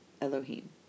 Elohim